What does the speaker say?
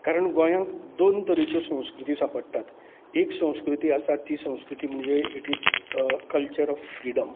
कारण गोंयांत दोन तरेच्यो संस्कृती सापडटात एक संस्कृती आसा ती संस्कृती म्हणजे it is a culture of freedom